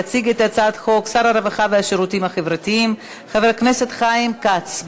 יציג את הצעת החוק שר הרווחה והשירותים החברתיים חבר הכנסת חיים כץ.